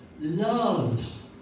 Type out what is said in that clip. loves